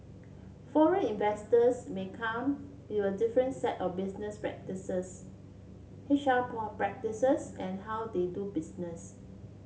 foreign investors may come with a different set of business practices H R practices and how they do business